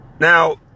Now